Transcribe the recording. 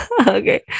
okay